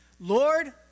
Lord